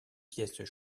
pièces